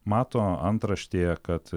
mato antraštėje kad